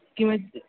किमज्